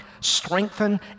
strengthen